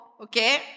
okay